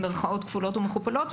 עם מירכאות כפולות ומכופלות,